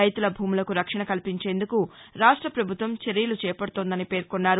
రైతుల భూములకు రక్షణ కల్పించేందుకు రాష్ట ప్రభుత్వం చర్యలు చేపడుతోందన్నారు